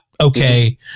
Okay